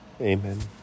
Amen